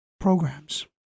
programs